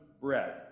Bread